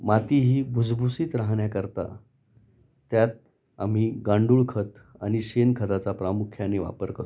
माती ही भुसभुसीत राहण्याकरता त्यात आम्ही गांडूळ खत आनि शेणखताचा प्रामुख्याने वापर करतो